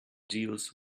deals